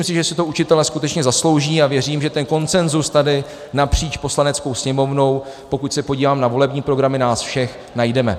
Myslím, že si to učitelé skutečně zaslouží, a věřím, že ten konsenzus tady napříč Poslaneckou sněmovnou, pokud se podívám na volební programy nás všech, najdeme.